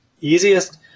easiest